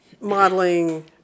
modeling